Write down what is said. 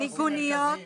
מיגוניות והתרעה.